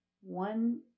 one